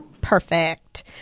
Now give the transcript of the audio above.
Perfect